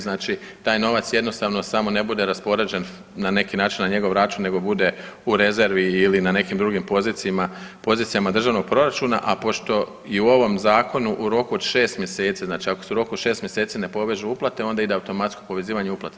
Znači taj novac jednostavno samo ne bude raspoređen na neki način na njegov račun nego bude u rezervi ili na nekim drugim pozicijama državnog proračuna, a pošto i u ovom zakonu u roku od 6 mjeseci, znači ako se u roku od 6 mjeseci ne povežu uplate onda ide automatsko povezivanje uplata.